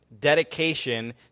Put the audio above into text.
dedication